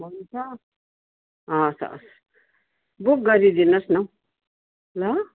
हुन्छ हवस् हवस् बुक गरिदिनुहोस् न ल